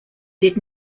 did